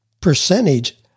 percentage